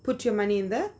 put your money in the